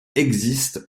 existe